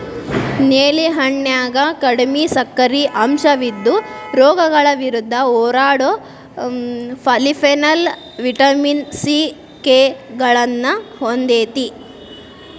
ನೇಲಿ ಹಣ್ಣಿನ್ಯಾಗ ಕಡಿಮಿ ಸಕ್ಕರಿ ಅಂಶವಿದ್ದು, ರೋಗಗಳ ವಿರುದ್ಧ ಹೋರಾಡೋ ಪಾಲಿಫೆನಾಲ್, ವಿಟಮಿನ್ ಸಿ, ಕೆ ಗಳನ್ನ ಹೊಂದೇತಿ